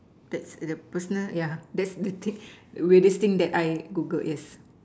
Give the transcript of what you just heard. that's the personal yeah that's the thing weirdest thing I Google is